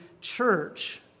church